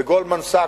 ב"גולדמן סאקס",